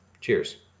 cheers